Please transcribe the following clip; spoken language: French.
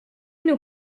nous